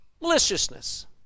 maliciousness